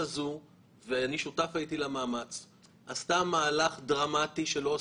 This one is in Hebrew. זה ברור לנו שהוא שוק שמהווה אתגר לרשות שלכם.